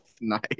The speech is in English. Nice